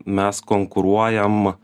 mes konkuruojam